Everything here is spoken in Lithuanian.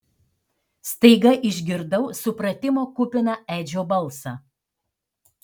staiga išgirdau supratimo kupiną edžio balsą